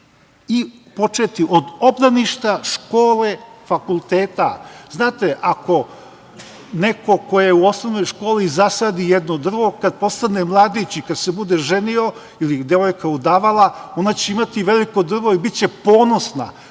i početi od obdaništa, škole, fakulteta. Znate, ako neko ko u Osnovnoj školi zasadi jedno drvo, kada postane mladić i kada se bude ženio ili devojka udavala, ona će imati veliko drvo i biće ponosna.